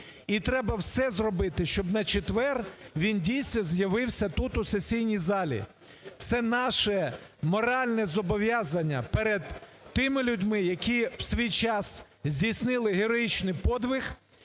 І треба все зробити, щоб на четвер він дійсно з'явився тут, у сесійній залі. Це наше моральне зобов'язання перед тими людьми, які в свій час здійснили героїчний подвиг.